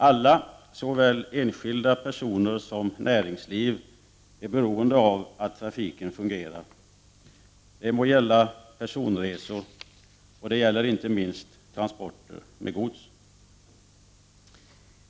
Alla, såväl enskilda personer som näringsliv, är beroende av att trafiken fungerar. Det gäller personresor, och det gäller inte minst transporter med gods.